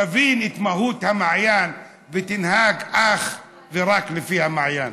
שתבין את מהות המעיין ותנהג אך ורק לפי המעיין.